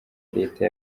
leta